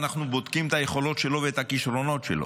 אנחנו בודקים את היכולות שלו ואת הכישרונות שלו.